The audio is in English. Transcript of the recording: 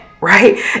right